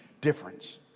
difference